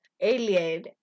alien